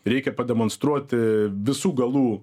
reikia pademonstruoti visų galų